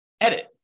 edit